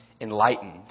enlightened